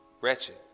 wretched